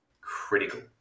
critical